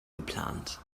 geplant